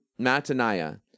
Mataniah